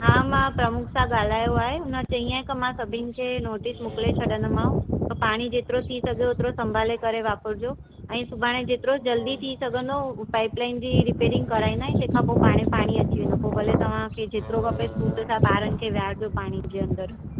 हा मां प्रमुख सां ॻाल्हायो आहे हुन चईं के मां सभिनि खे नोटिस मोकिले छॾंदोमांव त पाणी जेतिरो थी सघेव ओतिरो संभाले करे वापरजो ऐं सुभाणे जेतिरो जल्दी थी सघंदो पाइप लाइन जी रिपेरिंग कराईंदा तंहिं खां पोइ पाणे पाणी अची वेंदो भले तव्हांखे जेतिरो खपे छूट सां ॿारनिखे विहारजो पाणी जे अंदरि